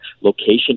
location